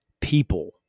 people